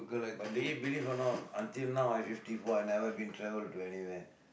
but do you believe or not until now I fifty four I never been travel to anywhere